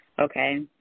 okay